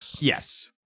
Yes